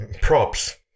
props